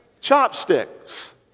Chopsticks